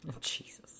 Jesus